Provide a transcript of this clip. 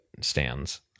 stands